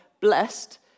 blessed